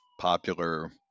popular